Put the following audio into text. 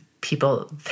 people